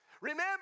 Remember